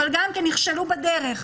אבל נכשלו בדרך.